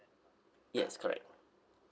yes correct